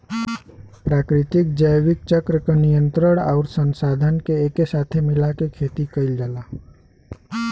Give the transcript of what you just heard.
प्राकृतिक जैविक चक्र क नियंत्रण आउर संसाधन के एके साथे मिला के खेती कईल जाला